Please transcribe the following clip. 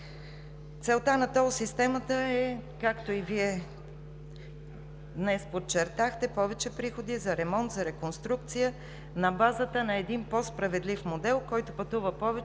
Целта на тол системата е, както и Вие днес подчертахте, повече приходи за ремонт, за реконструкция на базата на един по-справедлив модел – който пътува повече